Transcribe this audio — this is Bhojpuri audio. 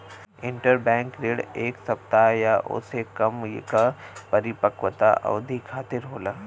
इंटरबैंक ऋण एक सप्ताह या ओसे कम क परिपक्वता अवधि खातिर होला